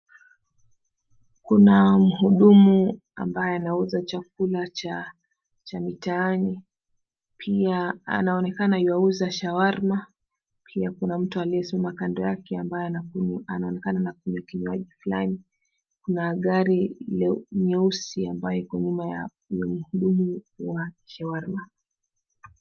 Kuna mhudumu ambaye anauza chakula cha mitaani, pia anaonekana ywauza shawarma pia kuna mtu aliyesimama kando yake ambaye anaonekana anakunywa kinywaji fulani. Kuna gari nyeusi ambayo iko nyuma ya huyo mhudumu wa shawarma.